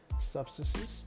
substances